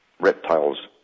reptiles